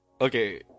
okay